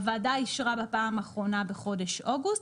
הוועדה אישרה בפעם האחרונה בחודש אוגוסט